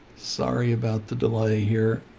sorry about the delay here.